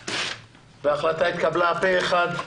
הצבעה בעד 7 אושר ההחלטה התקבלה פה אחד.